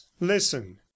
listen